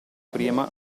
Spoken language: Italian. prima